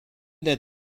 that